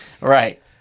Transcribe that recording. Right